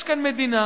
יש כאן מדינה